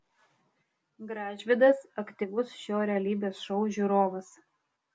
gražvydas aktyvus šio realybės šou žiūrovas